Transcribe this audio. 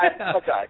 Okay